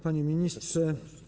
Panie Ministrze!